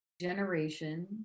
generation